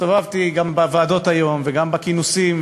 והסתובבתי היום גם בוועדות וגם בכינוסים,